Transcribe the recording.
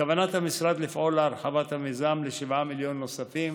בכוונת המשרד לפעול להרחבת המיזם ל-7 מיליון שקלי נוספים,